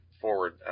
forward